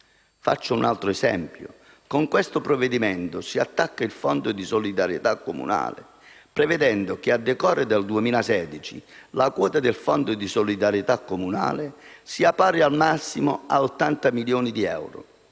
Faccio un altro esempio: con questo provvedimento si attacca il fondo di solidarietà comunale prevedendo che, a decorrere dal 2016, la quota del fondo di solidarietà comunale sia pari al massimo a 80 milioni di euro.